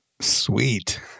Sweet